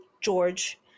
George